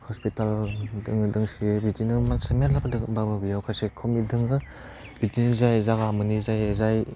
hospital दङो दोंसे बिदिनो मानसि मेरलाफोर दङो होमबाबो बेयाव खायसे खमनि दङ बिदिनो जायहा जायगा मोनै जायो जाय